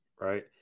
Right